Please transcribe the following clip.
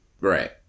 Right